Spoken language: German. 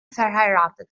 verheiratet